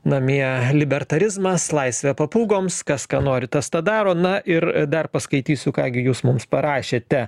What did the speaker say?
namie libertarizmas laisvę papūgoms kas ką nori tas tą daro na ir dar paskaitysiu ką gi jūs mums parašėte